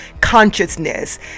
consciousness